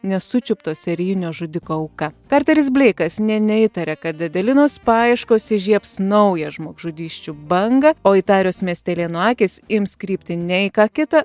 nesučiupto serijinio žudiko auka karteris bleikas nė neįtarė kad adelinos paieškos įžiebs naują žmogžudysčių bangą o įtarios miestelėnų akys ims krypti ne į ką kitą